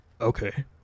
Okay